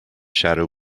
shadow